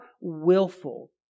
willful